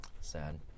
Sad